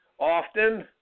often